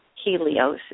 Helios